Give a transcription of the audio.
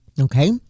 Okay